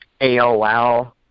AOL